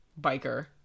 biker